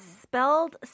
spelled